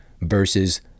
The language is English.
versus